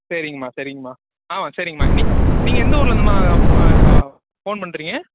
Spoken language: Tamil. சரிங்கம்மா சரிங்கம்மா ஆ சரிங்கம்மா நீ நீங்கள் எந்த ஊர்லேருந்தும்மா க ஃபோன் பண்ணுறீங்க